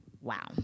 Wow